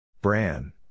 Bran